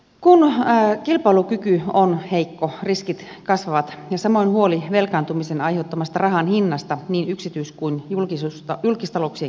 kun kilpailukyky on heikko riskit kasvavat ja samoin huoli velkaantumisen aiheuttamasta rahan hinnasta niin yksityis kuin julkistalouksienkin kohdalla